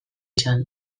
izan